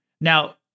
Now